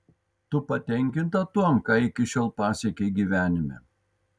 tu patenkinta tuom ką iki šiol pasiekei gyvenime